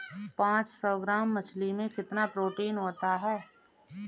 पांच सौ ग्राम मछली में कितना प्रोटीन होता है?